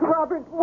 Robert